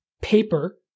paper